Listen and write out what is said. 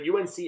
UNC